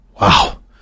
Wow